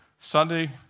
Sunday